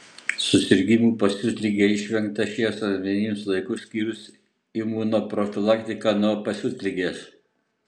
susirgimų pasiutlige išvengta šiems asmenims laiku skyrus imunoprofilaktiką nuo pasiutligės